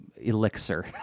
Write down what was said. elixir